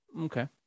Okay